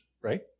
right